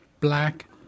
black